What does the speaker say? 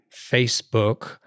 Facebook